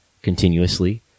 continuously